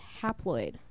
haploid